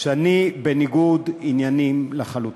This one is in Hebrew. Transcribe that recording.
שאני בניגוד עניינים לחלוטין.